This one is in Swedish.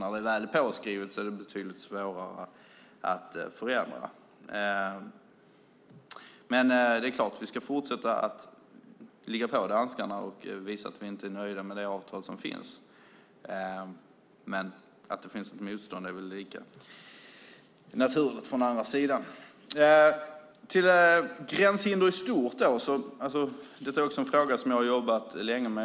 När det väl är påskrivet är det betydligt svårare att förändra. Det är klart att vi ska fortsätta att ligga på danskarna och visa att vi inte är nöjda med det avtal som finns. Men det är lika naturligt att det finns ett motstånd från andra sidan. Gränshinder i stort är en fråga som jag har jobbat länge med.